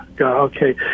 okay